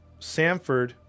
Samford